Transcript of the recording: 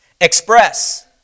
Express